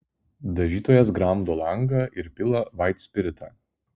dažytojas gramdo langą ir pila vaitspiritą